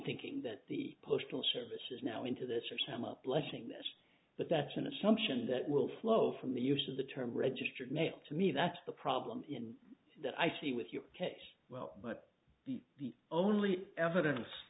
thinking that the postal service is now into this or some up lecturing this but that's an assumption that will flow from the use of the term registered mail to me that's the problem in that i see with your case well but the only evidence